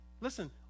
listen